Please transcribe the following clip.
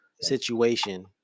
situation